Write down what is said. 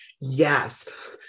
Yes